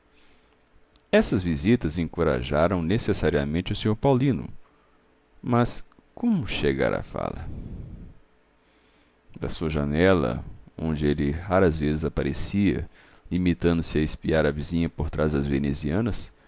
essas visitas encorajaram necessariamente o sr paulino mas como chegar à fala da sua janela onde ele raras vezes aparecia limitando-se a espiar a vizinha por trás das venezianas